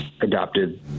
adopted